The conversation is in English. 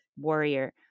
warrior